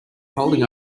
holding